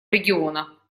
региона